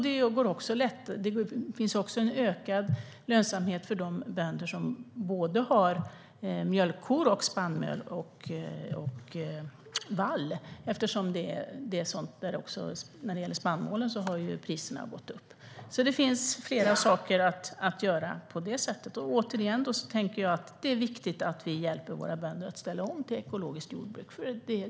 Det finns också en ökad lönsamhet för de bönder som har mjölkkor, odlar spannmål och vall. Priserna på spannmål har gått upp. På det sättet finns det fler saker att göra. Det är viktigt att vi hjälper våra bönder att ställa om till ekologiskt jordbruk.